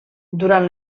durant